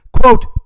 quote